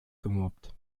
gemobbt